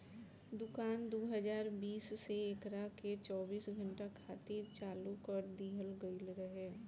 दुकान दू हज़ार बीस से एकरा के चौबीस घंटा खातिर चालू कर दीहल गईल रहे